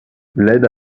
l’aide